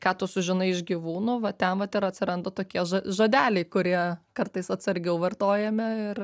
ką tu sužinai iš gyvūnų va ten vat ir atsiranda tokie žodeliai kurie kartais atsargiau vartojame ir